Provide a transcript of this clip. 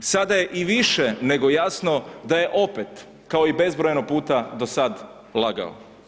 Sada je i više nego jasno da je opet, kao i bezbrojeno puta do sad, lagao.